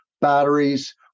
batteries